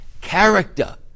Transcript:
Character